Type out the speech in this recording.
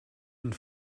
and